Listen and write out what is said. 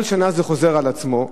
כל שנה זה חוזר על עצמו,